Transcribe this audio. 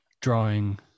drawing